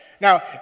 Now